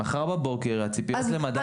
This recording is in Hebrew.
מחר בבוקר הציפיות למדד אפסיות --- רגע.